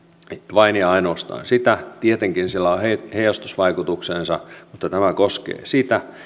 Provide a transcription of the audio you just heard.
vain ja ainoastaan sitä tietenkin sillä on heijastusvaikutuksensa mutta tämä koskee sitä